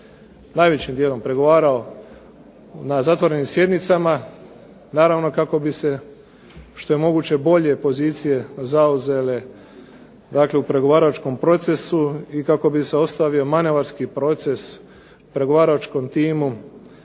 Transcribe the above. najvećim dijelom pregovarao na zatvorenim sjednicama naravno kako bi se što je moguće bolje pozicije zauzele u pregovaračkom procesu i kako bi se ostavio manevarski proces pregovaračkom timu